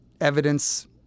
evidence